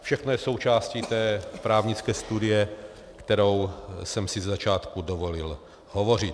Všechno je součástí té právnické studie, o které jsem si ze začátku dovolil hovořit.